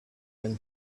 and